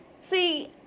See